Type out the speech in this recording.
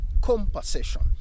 compensation